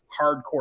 hardcore